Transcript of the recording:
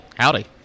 howdy